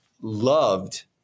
loved